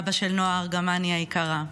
אני מזהה את אבא של נועה ארגמני היקרה.